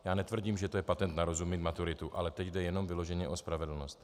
Já netvrdím, že to je patent na rozum, mít maturitu, ale teď jde jenom vyloženě o spravedlnost.